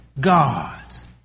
God's